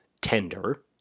tender